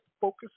focus